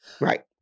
Right